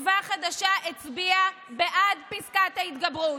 שתקווה חדשה הצביעה בעד פסקת ההתגברות,